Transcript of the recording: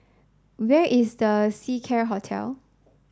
where is The Seacare Hotel